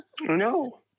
No